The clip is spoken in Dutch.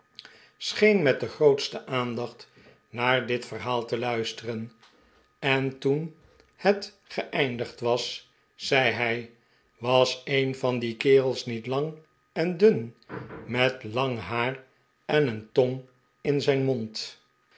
scheen met de grootste aandacht naar dit verhaal te luisteren en toen het geeindigd was zei hij was een van die kerels niet lang en dun met lang haar en een tong in zijn mond